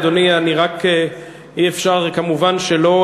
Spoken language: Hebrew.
אדוני, אני רק, אי-אפשר כמובן שלא